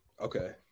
Okay